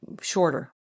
shorter